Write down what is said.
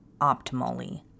optimally